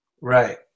right